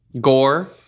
Gore